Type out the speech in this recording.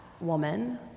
woman